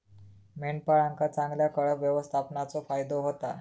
मेंढपाळांका चांगल्या कळप व्यवस्थापनेचो फायदो होता